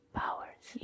powers